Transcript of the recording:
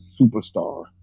superstar